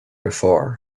before